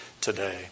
today